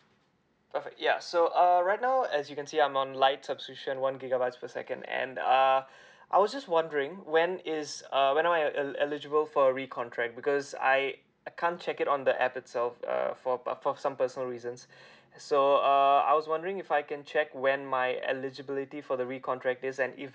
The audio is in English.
perfect ya so err right now as you can see I'm on light subscription one gigabytes per second and uh I was just wondering when it's err when I will el~ eligible for recontract because I I can't check it on the app itself err for p~ for some personal reasons so uh I was wondering if I can check when my eligibility for the recontract is and if